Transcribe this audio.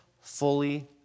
fully